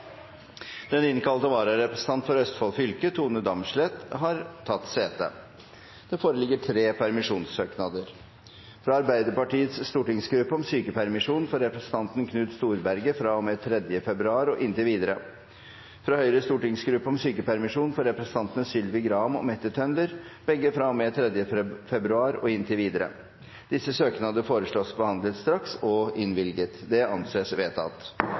Den innkalte vararepresentanten for Østfold fylke, Tone Damsleth, har tatt sete. Det foreligger tre permisjonssøknader: fra Arbeiderpartiets stortingsgruppe om sykepermisjon for representanten Knut Storberget fra og med 3. februar og inntil videre fra Høyres stortingsgruppe om sykepermisjon for representantene Sylvi Graham og Mette Tønder, begge fra og med 3. februar og inntil videre Etter forslag fra presidenten ble enstemmig besluttet: Søknadene behandles straks og